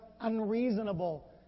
unreasonable